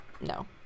no